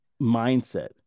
Mindset